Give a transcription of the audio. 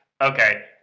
okay